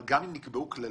אבל גם אם נקבעו כללים,